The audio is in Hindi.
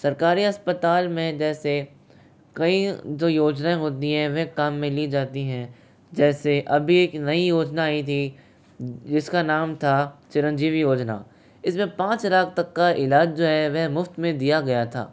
सरकारी अस्पताल में जैसे कई जो योजनाएँ होती हैं वह काम में ली जाती हैं जैसे अभी एक नई योजना आई थी जिसका नाम था चिरंजीवी योजना इसमें पांच लाख तक का इलाज जो है वह मुफ़्त में दिया गया था